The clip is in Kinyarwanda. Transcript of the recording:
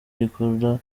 gikora